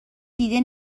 دیده